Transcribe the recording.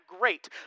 great